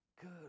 good